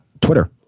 Twitter